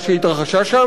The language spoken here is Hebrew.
את זה אין אצלנו.